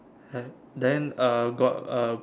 have then uh got a